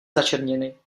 začerněny